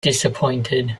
disappointed